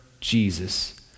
Jesus